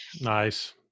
Nice